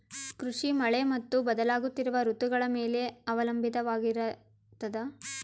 ಕೃಷಿ ಮಳೆ ಮತ್ತು ಬದಲಾಗುತ್ತಿರುವ ಋತುಗಳ ಮೇಲೆ ಅವಲಂಬಿತವಾಗಿರತದ